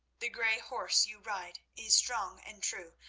the grey horse you ride is strong and true.